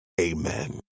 Amen